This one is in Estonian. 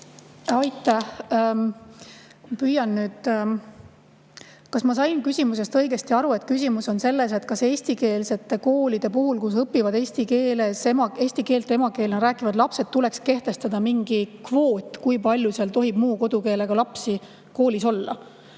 Aitäh! Kas ma sain õigesti aru, et küsimus on selles, kas eestikeelsete koolide puhul, kus õpivad eesti keelt emakeelena rääkivad lapsed, tuleks kehtestada mingi kvoot, kui palju seal tohib muu kodukeelega lapsi olla?